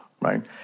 right